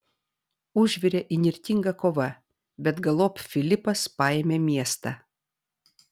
užvirė įnirtinga kova bet galop filipas paėmė miestą